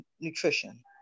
nutrition